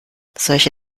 solche